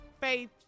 Faith